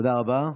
תודה רבה.